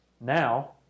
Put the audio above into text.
Now